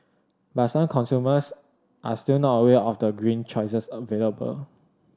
but some consumers are still not aware of the green choices available